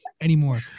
anymore